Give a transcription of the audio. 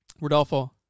Rodolfo